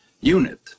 unit